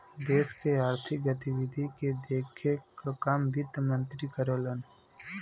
देश के आर्थिक गतिविधि के देखे क काम वित्त मंत्री करलन